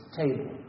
table